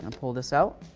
and pull this out,